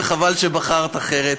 וחבל שבחרת אחרת,